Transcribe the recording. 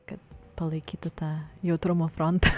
kad palaikytų tą jautrumo frontą